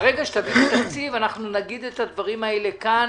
ברגע שתביאו תקציב אנחנו נגיד את הדברים האלה כאן.